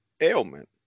ailment